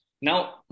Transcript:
Now